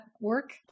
work